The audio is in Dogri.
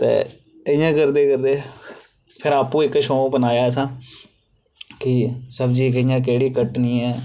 ते इयां करदे करदे फिर आपूं इक शौक बनाया असां कि सब्जी कि'यां केह्ड़ी कट्टनी ऐ